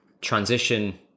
transition